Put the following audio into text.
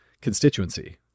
constituency